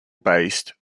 based